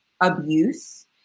abuse